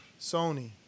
Sony